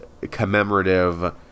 commemorative